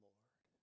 Lord